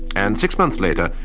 and six months later,